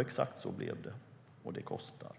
Exakt så blev det, och det kostar!